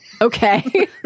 Okay